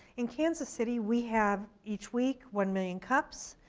in kansas city, we have each week one million cups,